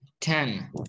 Ten